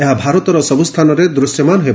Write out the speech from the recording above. ଏହା ଭାରତର ସବୁସ୍ତାନରେ ଦୂଶ୍ୟମାନ ହେବ